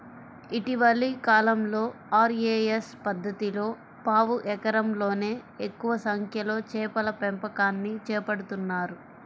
ఇటీవలి కాలంలో ఆర్.ఏ.ఎస్ పద్ధతిలో పావు ఎకరంలోనే ఎక్కువ సంఖ్యలో చేపల పెంపకాన్ని చేపడుతున్నారు